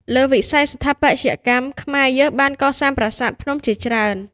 លើវិស័យស្ថាបត្យកម្ម ខ្មែរយើងបានកសាងប្រាសាទភ្នំជាច្រើន។